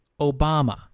Obama